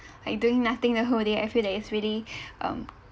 like doing nothing the whole day I feel that is really um